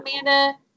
Amanda